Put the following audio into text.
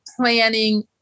planning